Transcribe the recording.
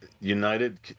United